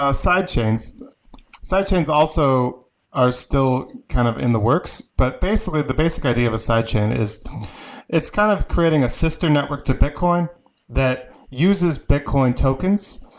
ah side chains side chains also are still kind of in the works, but the basic idea of a side chain is it's kind of creating a sister network to bitcoin that uses bitcoin tokens.